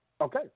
Okay